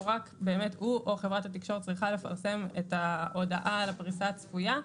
הוא או חברת התקשורת צריכה לפרסם את ההודעה על הפריסה הצפויה,